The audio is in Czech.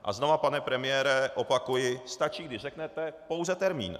A znova, pane premiére opakuji, stačí, když řeknete pouze termín.